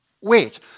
Wait